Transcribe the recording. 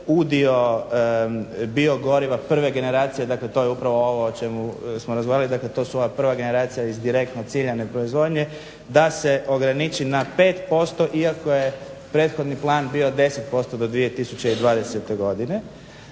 udio biogoriva prve generacije, dakle to je upravo ovo o čemu smo razgovarali, dakle to su ova prva generacija iz direktno ciljane proizvodnje da se ograniči na 5% iako je prethodni plan bio 10% do 2020. godine,